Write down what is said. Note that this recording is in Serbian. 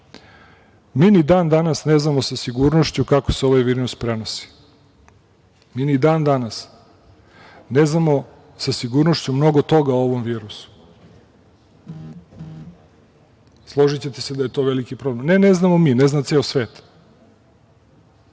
mi ni dan danas ne znamo sa sigurnošću kako se ovaj virus prenosi. Mi ni dan danas ne znamo sa sigurnošću mnogo toga o ovom virusu. Složićete se da je to veliki problem. Ne, ne znamo, ne zna ceo svet.